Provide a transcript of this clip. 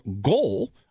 goal